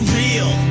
real